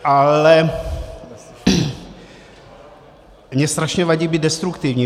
Ale mně strašně vadí být destruktivní.